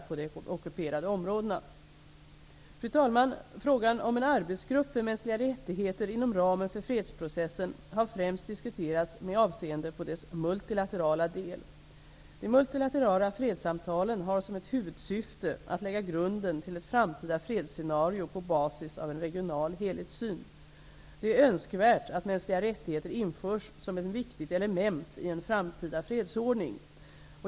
Frågan om en arbetsgrupp för mänskliga rättigheter inom ramen för fredsprocessen har främst diskuterats med avseende på dess multilaterala del. De multilaterala fredssamtalen har som ett huvudsyfte att lägga grunden till ett framtida fredsscenario på basis av en regional helhetssyn. Det är önskvärt att mänskliga rättigheter införs som ett viktigt element i en framtida fredsordning.